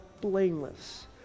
blameless